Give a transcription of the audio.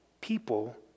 people